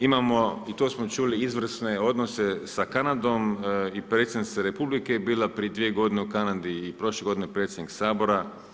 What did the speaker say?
Imamo i to smo čuli izvrsne odnose sa Kanadom i predsjednica Republike je bila prije 2 g. u Kanadi i prošle godine predsjednik Sabora.